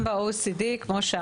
גם ב-OECD, כמו שאמרת,